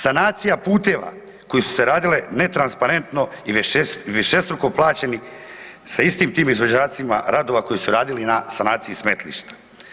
Sanacija puteva koji su se radile netransparentno i višestruko plaćeni sa istim tim izvođačima radova koji su radili na sanaciji smetlišta.